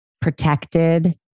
protected